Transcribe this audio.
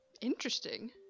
Interesting